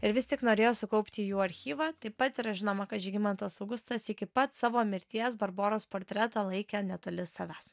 ir vis tik norėjo sukaupti jų archyvą taip pat yra žinoma kad žygimantas augustas iki pat savo mirties barboros portretą laikė netoli savęs